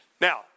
Now